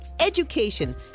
education